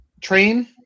train